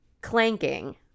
clanking